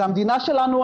זה המדינה שלנו,